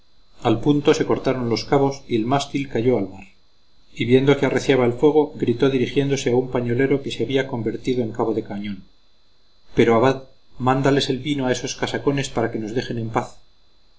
al punto se cortaron los cabos y el mástil cayó al mar y viendo que arreciaba el fuego gritó dirigiéndose a un pañolero que se había convertido en cabo de cañón pero abad mándales el vino a esos casacones para que nos dejen en paz